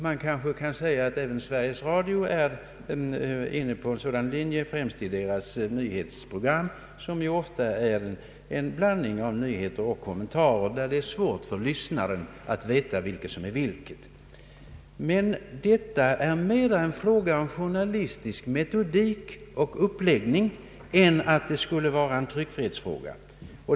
Man kanske kan säga att även Sveriges Radio är inne på en sådan linje, främst i nyhetsprogrammen som ofta är en blandning av nyheter och kommentarer och där det är svårt för lyssnaren att veta vilket som är vilket. Detta är emellertid mera en fråga om journalistisk metodik och uppläggning än om tryckfrihet.